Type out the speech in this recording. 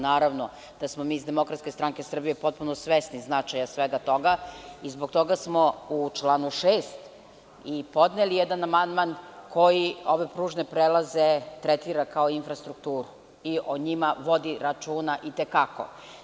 Naravno da smo mi iz DSS potpuno svesni značaja svega toga i zbog toga smo u članu 6. i podneli jedan amandman koji ove pružne prelaze tretira kao infrastrukturu i o njima vodi računa i te kako.